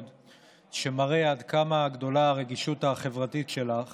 שמראה עד כמה גדולה הרגישות החברתית שלך